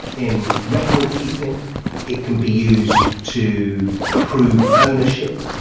in recordkeeping it can be used to prove ownership,